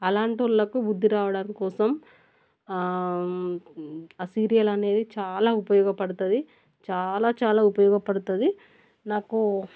అలాంటి వాళ్ళకు బుద్ధి రావడం కోసం ఆ సీరియల్ అనేది చాలా ఉపయోగపడుతుంది చాలా చాలా ఉపయోగపడుతుంది నాకు